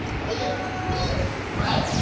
beep meep sleep.